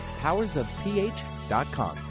powersofph.com